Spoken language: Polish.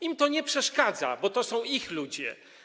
Im to nie przeszkadza, bo to są ich ludzie.